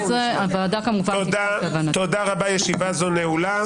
תודה רבה, ישיבה זו נעולה.